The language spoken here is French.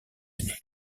unis